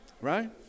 Right